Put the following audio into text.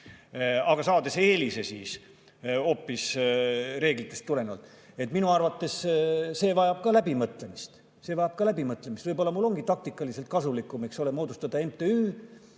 aga nad saavad hoopis eelise reeglitest tulenevalt. Minu arvates see vajab ka läbimõtlemist. See vajab läbimõtlemist. Võib-olla mul ongi taktikaliselt kasulikum, eks ole, moodustada MTÜ